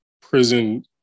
prison